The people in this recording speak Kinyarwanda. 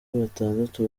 batandatu